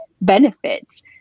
benefits